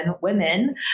women